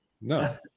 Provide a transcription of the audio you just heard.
No